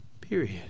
Period